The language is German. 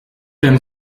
denn